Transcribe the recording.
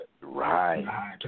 Right